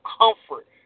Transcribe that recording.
comfort